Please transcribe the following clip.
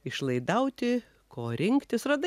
išlaidauti ko rinktis radai